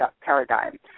paradigm